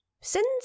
Since